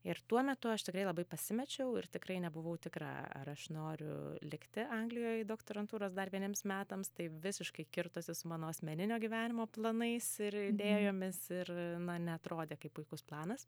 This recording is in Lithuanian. ir tuo metu aš tikrai labai pasimečiau ir tikrai nebuvau tikra ar aš noriu likti anglijoj doktorantūros dar vieniems metams tai visiškai kirtosi su mano asmeninio gyvenimo planais ir idėjomis ir na neatrodė kaip puikus planas